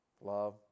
Love